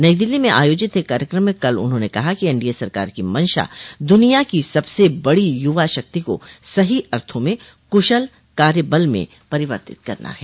नई दिल्ली में आयोजित एक कार्यक्रम में कल उन्होंने कहा कि एनडीए सरकार की मंशा दुनिया की सबसे बड़ी युवा शक्ति को सही अर्थों में कुशल कार्यबल में परिवर्तित करना है